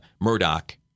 Murdoch